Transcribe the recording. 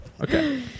Okay